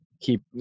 keep